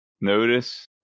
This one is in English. notice